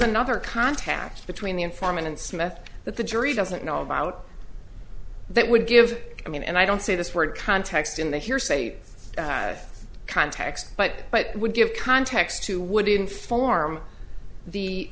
another contact between the informant and smith that the jury doesn't know about that would give i mean and i don't say this word context in the hearsay context but but it would give context to would inform the